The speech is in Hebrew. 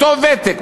אותו ותק.